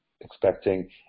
expecting